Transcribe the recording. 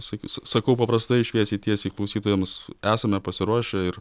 sak sakau paprastai šviesiai tiesiai klausytojams esame pasiruošę ir